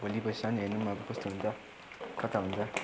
भोलिपर्सिसम्म हेरौँ अब कस्तो हुन्छ कता हुन्छ